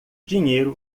dinheiro